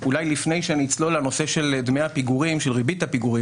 אולי לפני שאני אצלול לנושא של ריבית הפיגורים